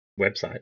website